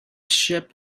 ship